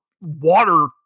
water